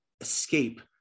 escape